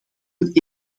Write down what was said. een